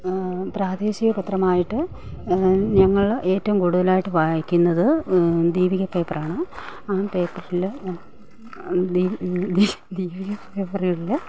പ്രാദേശികപത്രമായിട്ട് ഞങ്ങൾ ഏറ്റവും കൂടുതലായിട്ട് വായിക്കുന്നത് ദീപിക പേപ്പർ ആണ് ആ പേപ്പറിൽ ദീപിക പേപ്പറ്കളിൽ